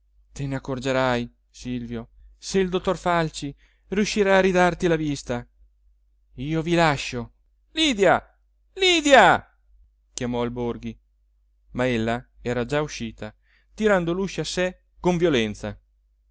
te ne accorgerai silvio se il dottor falci riuscirà a ridarti la vista io vi lascio lydia lydia chiamò il borghi ma ella era già uscita tirando l'uscio a sé con violenza